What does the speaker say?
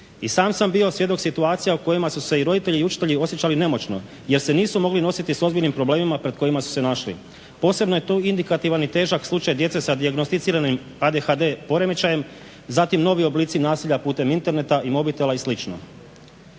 I sam sam bio svjedok situacija u kojima su se i roditelji i učitelji osjećali nemoćno jer se nisu mogli nositi s ozbiljnim problemima pred kojima su se našli. Posebno je to indikativan i težak slučaj djece sa dijagnosticiranim ADHD poremećajem, zatim novi oblici nasilja putem interneta i mobitela i